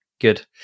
good